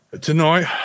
Tonight